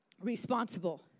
responsible